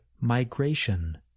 migration